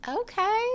Okay